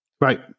Right